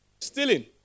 Stealing